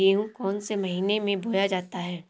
गेहूँ कौन से महीने में बोया जाता है?